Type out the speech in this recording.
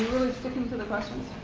sticking to the questions?